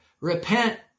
repent